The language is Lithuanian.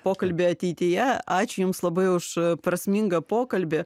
pokalbyje ateityje ačiū jums labai už prasmingą pokalbį